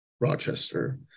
Rochester